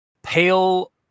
Pale